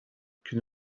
que